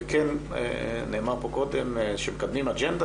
וכן נאמר פה קודם שמקדמים אג'נדה